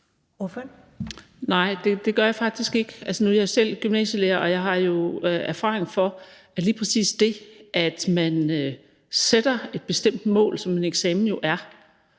Nej, det gør jeg faktisk ikke. Altså, nu er jeg selv gymnasielærer, og jeg har jo erfaring med, at lige præcis det, at man sætter et bestemt mål, som en eksamen jo er,